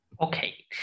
Okay